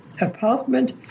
apartment